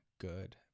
good